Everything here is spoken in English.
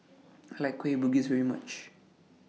I like Kueh Bugis very much